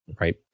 right